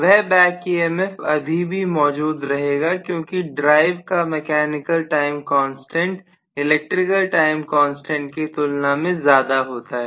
वह back emf अभी भी मौजूद रहेगा क्योंकि ड्राइव का mechanical time constant electrical time constant की तुलना में ज्यादा होता है